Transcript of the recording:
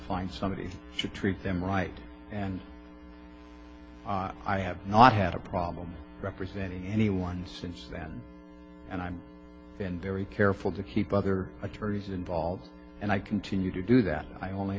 find somebody should treat them right and i have not had a problem representing anyone since then and i'm been very careful to keep other attorneys involved and i continue to do that i only